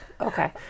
Okay